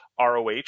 ROH